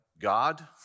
God